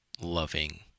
Loving